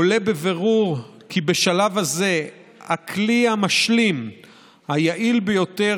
עולה בבירור כי בשלב הזה הכלי המשלים היעיל ביותר